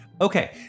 Okay